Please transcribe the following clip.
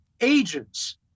agents